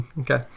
Okay